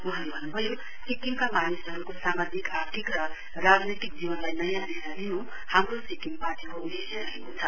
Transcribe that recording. वहाँले भन्नभयो सिक्किमका मानिसहरुको सामाजिक आर्थिक र राजनैतिक जीवनलाई नयाँ दिशा दिनु हाम्रो सिक्किम पार्टीको उदेश्य रहेको छ